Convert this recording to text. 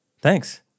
Thanks